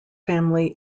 family